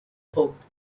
pope